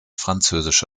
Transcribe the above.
französische